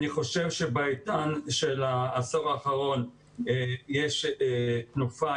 אני חושב שבעידן של העשור האחרון יש תנופה,